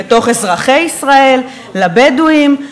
לבדואים,